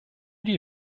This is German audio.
die